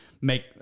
make